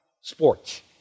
sports